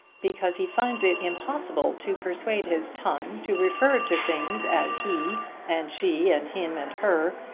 because he finds it impossible to persuade his tongue to refer to things as he and she, and him and her,